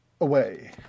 away